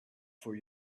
for